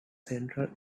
central